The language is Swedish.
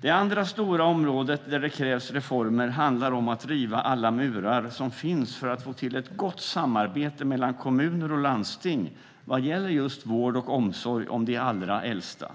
Det andra stora området där det krävs reformer handlar om att riva alla murar som finns för att få till ett gott samarbete mellan kommuner och landsting vad gäller just vård och omsorg om de allra äldsta.